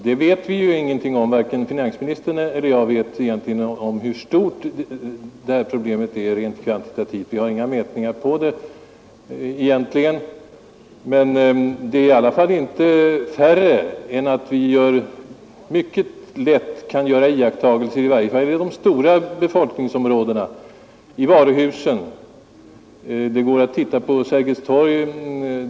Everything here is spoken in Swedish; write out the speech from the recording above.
Det vet vi ju ingenting säkert om; varken finansministern eller jag vet egentligen något om hur stort detta faktiska problem är rent kvantitativt — vi har inte några mätningar på det, men det är i alla fall inte färre som gör sådana storinköp än att vi mycket lätt kan göra direkta iakttagelser, åtminstone i de stora befolkningsområdena. Det går lätt att se efter hur det förhåller sig med detta i varuhusen och t.ex. på Sergels torg.